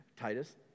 Titus